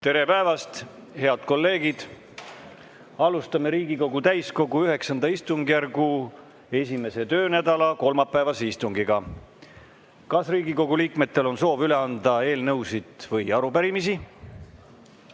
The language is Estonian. Tere päevast, head kolleegid! Alustame Riigikogu täiskogu IX istungjärgu 1. töönädala kolmapäevast istungit. Kas Riigikogu liikmetel on soovi üle anda eelnõusid või arupärimisi?